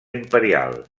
imperial